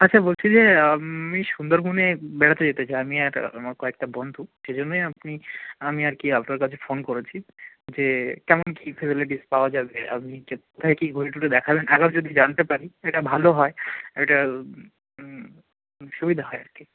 আচ্ছা বলছি যে আমি সুন্দরবনে বেড়াতে যেতে চাই আমি আর আমার কয়েকটা বন্ধু সে জন্যেই আপনি আমি আর কি আপনার কাছে ফোন করেছি যে কেমন কী ফেসিলিটিস পাওয়া যাবে আপনি কোথায় কী ঘুরে টুরে দেখাবেন একবার যদি জানতে পারি সেটা ভালো হয় এটা সুবিধা হয় আর কি